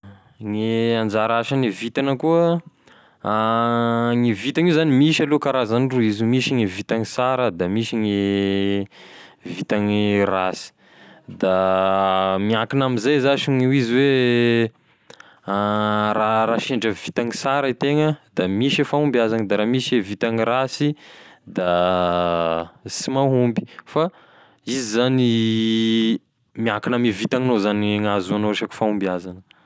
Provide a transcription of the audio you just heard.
Gne anzara asane vintana koa, gne vintana io zany misy aloha karazany roy izy io, misy gne vintany sara da misy gne vintany rasy da miankina amizay zash no izy hoe raha raha sendra vintany sara itegna da misy e fahombiazana, raha misy e vintany rasy da sy mahomby fa izy zany miankiny ame vintaninao zao gn'ahazoanao resaky fahombiaza.